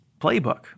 playbook